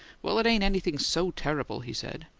well, it ain't anything so terrible, he said.